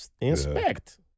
inspect